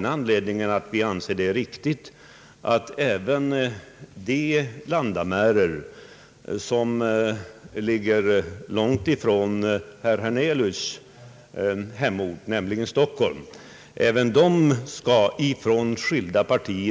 Detta beror på att vi anser det riktigt att även de landsändar som ligger långt ifrån herr Hernelius” hemort, Stockholm, skall